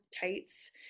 tights